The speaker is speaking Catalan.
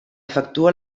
efectua